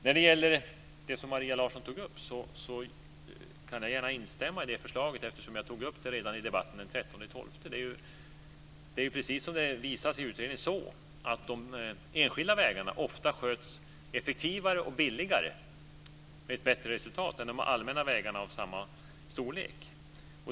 När det gäller det som Maria Larsson tog upp kan jag gärna instämma i det förslaget eftersom jag tog upp det redan i debatten den 13 december. Det är ju, precis som visas i utredningen, så att de enskilda vägarna ofta sköts effektivare och billigare med ett bättre resultat än de allmänna vägarna av samma storlek.